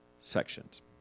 sections